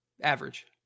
Average